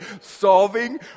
solving